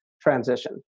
transition